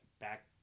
back